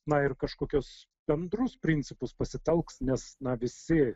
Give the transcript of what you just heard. na ir kažkokius bendrus principus pasitelks nes na visi